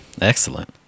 Excellent